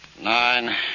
nine